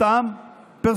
הוא טעם פרסונלי,